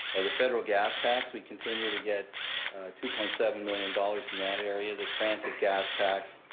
the federal gas tax, we continue to get two point seven million dollars in that area, the transit gas tax.